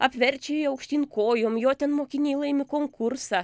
apverčia ją aukštyn kojom jo ten mokiniai laimi konkursą